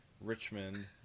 Richmond